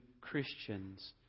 Christians